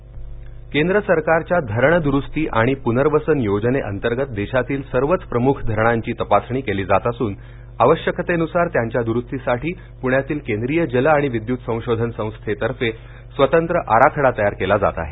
धरण व्हॉर्इस कास्ट केंद्र सरकारच्या धरण दुरुस्ती आणि पुनर्वसन योजने अंतर्गत देशातील सर्वच प्रमुख धरणांची तपासणी केली जात असून आवश्यकतेनुसार त्यांच्या दुरुस्तीसाठी पुण्यातील केंद्रीय जल आणि विद्युत संशोधन संस्थेतर्फे स्वतंत्र आराखडा तयार केला जात आहे